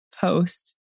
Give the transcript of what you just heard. post